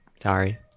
sorry